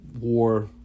war